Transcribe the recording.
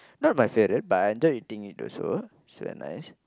not my favourite but I enjoy eating it also so nice